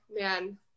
man